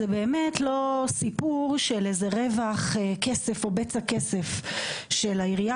זה באמת לא סיפור של איזה רווח כסף או בצע כסף של העירייה